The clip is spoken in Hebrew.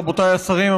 רבותיי השרים,